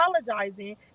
apologizing